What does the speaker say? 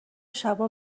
شبا